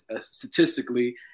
statistically